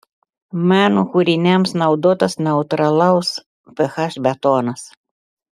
meno kūriniams naudotas neutralaus ph betonas